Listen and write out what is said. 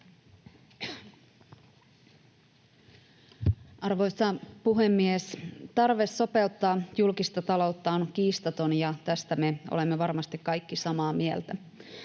Arvoisa puhemies! Tarve sopeuttaa julkista taloutta on kiistaton, ja tästä me olemme varmasti kaikki samaa mieltä.